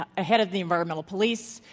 ah head of the environmental police,